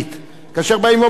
כאשר באים ואומרים: חבר'ה,